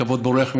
הכבוד בורח ממני,